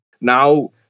now